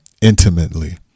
intimately